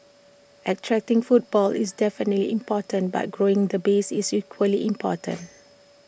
attracting footfall is definitely important but growing the base is equally important